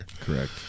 Correct